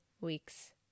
weeks